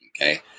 Okay